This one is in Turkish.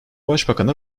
başbakana